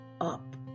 up